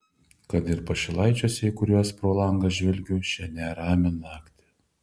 kad ir pašilaičiuose į kuriuos pro langą žvelgiu šią neramią naktį